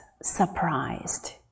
Surprised